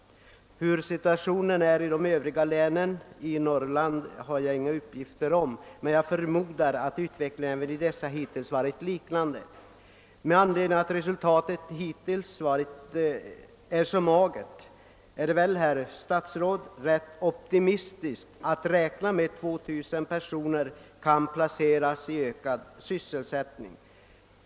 Hur situationen är i de övriga länen i Norrland har jag inga uppgifter om, men jag förmodar att utvecklingen i dessa hittills varit likartad. Med anledning av att resultatet hittills varit så magert är det väl rätt optimistiskt att räkna med att 2000 personer skall kunna placeras i ökad sysselsättning.